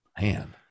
Man